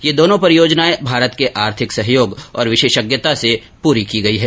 ये दोनो परियोजनाएं भारत के आर्थिक सहयोग और विशेषज्ञता से पूरी की गई है